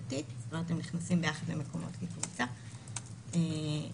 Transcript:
הסוגיה של הכמות המאוד גדולה של מדינות כתומות זה משהו